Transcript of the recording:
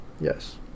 Yes